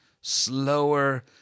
Slower